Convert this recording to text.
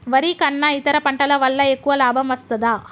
వరి కన్నా ఇతర పంటల వల్ల ఎక్కువ లాభం వస్తదా?